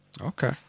okay